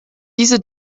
diese